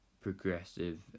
progressive